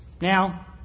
Now